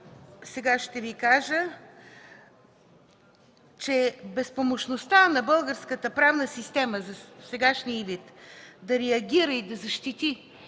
сме писали, че безпомощността на българската правна система в сегашния й вид да реагира и да защити